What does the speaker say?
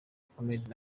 comedy